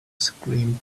screamed